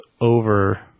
over